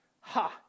Ha